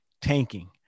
tanking